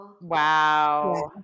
Wow